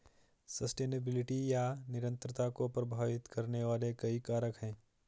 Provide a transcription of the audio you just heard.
sustainability या निरंतरता को प्रभावित करने वाले कई कारक हैं